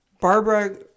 Barbara